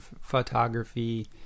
photography